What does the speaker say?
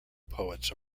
poets